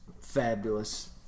fabulous